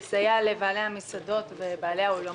לסייע לבעלי המסעדות ובעלי האולמות,